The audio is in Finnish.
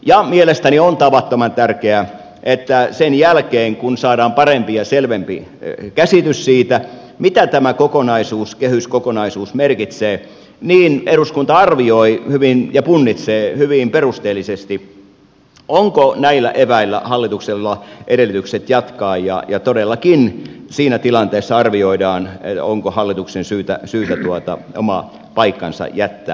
ja mielestäni on tavattoman tärkeää että sen jälkeen kun saadaan parempi ja selvempi käsitys siitä mitä tämä kokonaisuus kehyskokonaisuus merkitsee eduskunta arvioi ja punnitsee hyvin perusteellisesti onko näillä eväillä hallituksella edellytykset jatkaa ja todellakin siinä tilanteessa arvioidaan onko hallituksen syytä oma paikkansa jättää